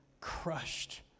crushed